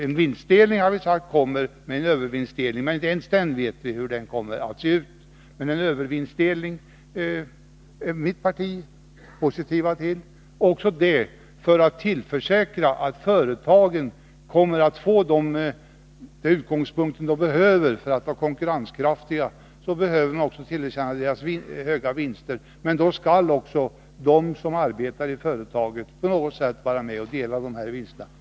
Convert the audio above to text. Vi har sagt att en vinstdelning, en övervinstdelning, kommer, men inte ens hur den kommer att se ut vet vi. Mitt parti är positivt till en övervinstdelning, också det för att tillförsäkra företagen det utgångsläge de behöver. För att vara konkurrenskraftiga behöver de tillerkännas höga vinster, men då skall också de som arbetar i företagen på något sätt vara med och dela dessa vinster.